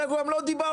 אנחנו גם לא דיברנו,